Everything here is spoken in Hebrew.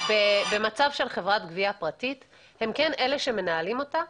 ובמצב של חברת גבייה פרטית הם כן אלה שמנהלים אותה,